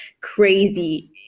crazy